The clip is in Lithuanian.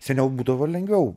seniau būdavo lengviau